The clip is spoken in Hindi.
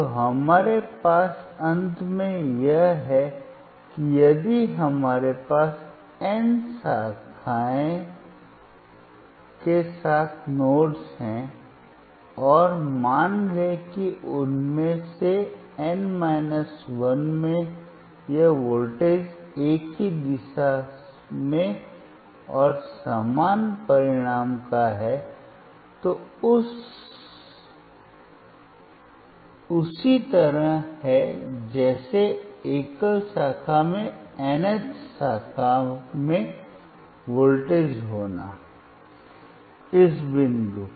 तो हमारे पास अंत में यह है कि यदि हमारे पास n शाखाओं के साथ नोड्स हैं और मान लें कि उनमें से N 1 में यह वोल्टेज एक ही दिशा में और समान परिमाण का है तो यह उसी तरह है जैसे एकल शाखा में nth शाखा में वोल्टेज होना इस बिंदु